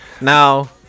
now